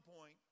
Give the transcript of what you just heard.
point